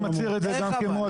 הנה, אני מצהיר את זה גם כמועצה.